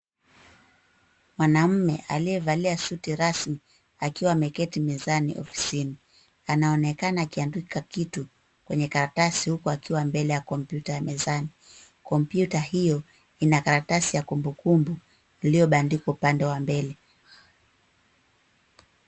Mwanamme aliyevalia suti rasmi akiwa ameketi mezani ofisini. Anaonekana akiandika kitu kwenye karatasi huku akiwa mbele ya kompyuta ya mezani. Kompyuta hio ina karatasi ya kumbukumbu iliyobandikwa upande wa mbele.